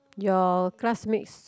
your classmates